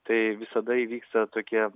tai visada įvyksta tokie